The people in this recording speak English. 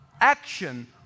action